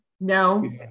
no